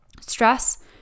Stress